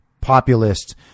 populist